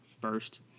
first